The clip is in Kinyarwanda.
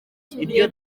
kibuye